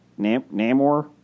Namor